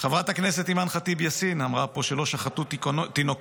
חברת הכנסת אימאן ח'טיב יאסין אמרה פה שלא שחטו תינוקות,